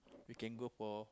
we can go for